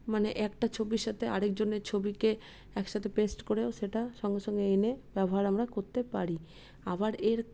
মানে একটা ছবির সাথে আরেকজনের ছবিকে একসাথে পেস্ট করেও সেটা সঙ্গে সঙ্গে এনে ব্যবহার আমরা করতে পারি আবার এর